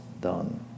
done